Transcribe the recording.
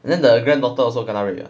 then the granddaughter also kena rape ah